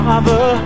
Father